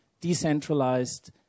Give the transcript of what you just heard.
decentralized